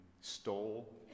stole